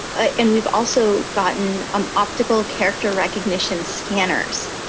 and we've also gotten um optical character recognition scanners.